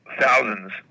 thousands